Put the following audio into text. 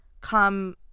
come